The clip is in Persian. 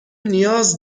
نیاز